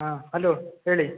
ಹಾಂ ಹಲೋ ಹೇಳಿ